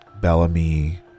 Bellamy